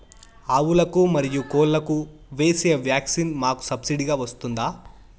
ఆవులకు, మరియు కోళ్లకు వేసే వ్యాక్సిన్ మాకు సబ్సిడి గా వస్తుందా?